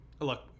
look